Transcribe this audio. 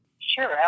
Sure